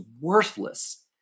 worthless